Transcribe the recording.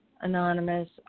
Anonymous